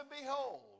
behold